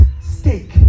steak